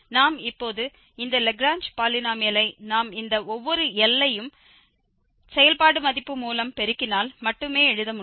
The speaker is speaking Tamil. நாம் இப்போது இந்த லாக்ரேஞ்ச் பாலினோமியலை நாம் இந்த ஒவ்வொரு L ஐயும் செயல்பாடு மதிப்பு மூலம் பெருக்கினால் மட்டுமே எழுத முடியும்